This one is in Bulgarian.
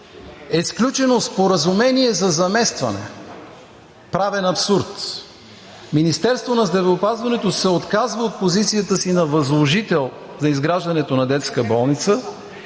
е сключено споразумение за заместване – правен абсурд. Министерството на здравеопазването се отказва от позицията си на възложител на изграждането на детска болница